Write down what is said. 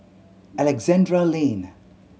Alexandra Lane